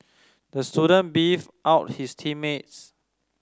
the student beefed out his team mates